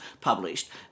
published